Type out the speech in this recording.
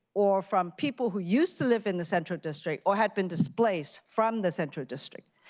or from people who used to live in the central district, or had been displaced from the central district.